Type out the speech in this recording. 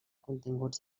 continguts